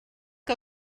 que